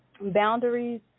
Boundaries